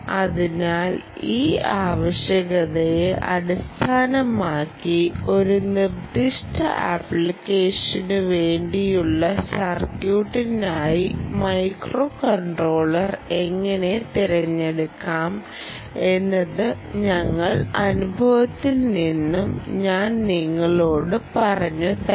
അതിനാൽ ഈ ആവശ്യകതയെ അടിസ്ഥാനമാക്കി ഒരു നിർദ്ദിഷ്ട ആപ്ലിക്കേഷനു വേണ്ടിയുള്ള സർക്യൂട്ടിനായി മൈക്രോകൺട്രോളർ എങ്ങനെ തിരഞ്ഞെടുക്കാം എന്നത് ഞങ്ങളുടെ അനുഭവത്തിൽ നിന്ന് ഞാൻ നിങ്ങളോട് പറഞ്ഞു തരാം